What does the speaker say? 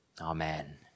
Amen